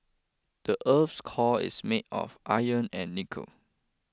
the earth's core is made of iron and nickel